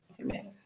Amen